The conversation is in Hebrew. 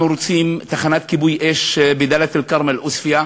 שאנחנו רוצים תחנת כיבוי אש בדאלית-אלכרמל עוספיא.